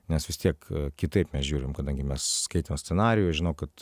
nes vis tiek kitaip mes žiūrim kadangi mes skaitėm scenarijų žinau kad